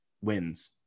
wins